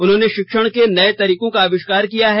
उन्होंने शिक्षण के नए तरीकों का आयिष्कार किया है